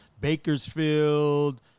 Bakersfield